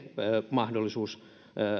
mahdollisuus